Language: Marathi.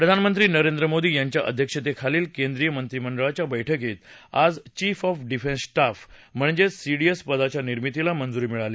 प्रधानमंत्री नरेंद्र मोदी यांच्या अध्यक्षतेखालील केंद्रीय मंत्रिमंडळाच्या बैठकीत आज चीफ ऑफ डिफेन्स स्टाफ म्हणजेच सीडीएस पदाच्या निर्मितीला मंज्री मिळाली